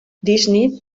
disney